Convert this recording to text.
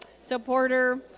supporter